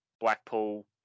Blackpool